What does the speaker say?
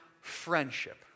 friendship